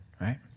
right